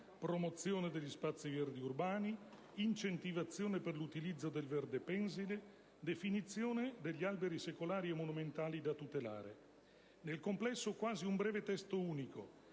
promozione degli spazi verdi urbani, all'incentivazione per l'utilizzo del verde pensile e alla definizione degli alberi secolari e monumentali da tutelare. Nel complesso, si tratta quasi di un breve testo unico,